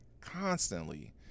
constantly